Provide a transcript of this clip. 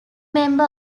member